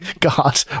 God